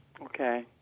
Okay